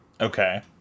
Okay